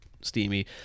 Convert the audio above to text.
steamy